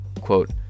quote